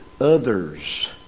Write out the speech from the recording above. others